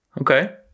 Okay